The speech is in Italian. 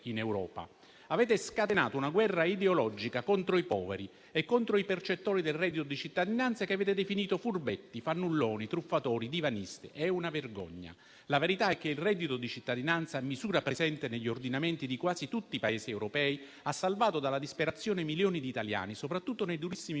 in Europa. Avete scatenato una guerra ideologica contro i poveri e contro i percettori del reddito di cittadinanza che avete definito furbetti, fannulloni, truffatori, divanisti. È una vergogna. La verità è che il reddito di cittadinanza, misura presente negli ordinamenti di quasi tutti i Paesi europei, ha salvato dalla disperazione milioni di italiani, soprattutto nei durissimi